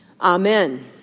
Amen